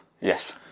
Yes